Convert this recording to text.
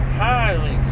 highly